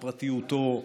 לפרטיותו,